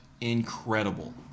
incredible